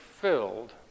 filled